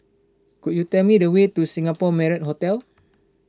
could you tell me the way to Singapore Marriott Hotel